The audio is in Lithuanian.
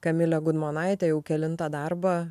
kamilė gudmonaitė jau kelintą darbą